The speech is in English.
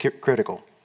critical